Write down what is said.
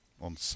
on